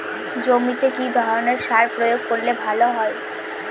জমিতে কি ধরনের সার প্রয়োগ করলে ভালো হয়?